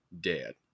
dead